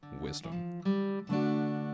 Wisdom